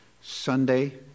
Sunday